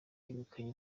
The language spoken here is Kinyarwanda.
yegukanye